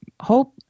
hope